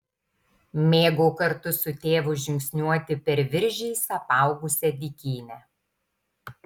mėgau kartu su tėvu žingsniuoti per viržiais apaugusią dykynę